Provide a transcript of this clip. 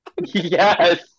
Yes